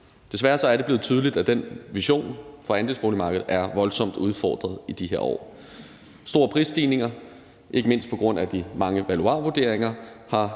Desværre er det blevet tydeligt, at den vision for andelsboligmarkedet er voldsomt udfordret i de her år. Store prisstigninger, ikke mindst på grund af de mange valuarvurderinger,